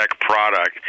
product